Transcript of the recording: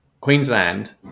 Queensland